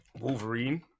Wolverine